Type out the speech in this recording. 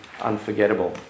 unforgettable